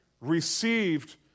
received